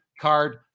card